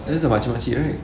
this the makcik-makcik right